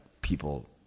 people